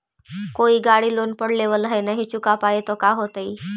कोई गाड़ी लोन पर लेबल है नही चुका पाए तो का होतई?